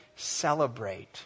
celebrate